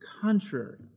contrary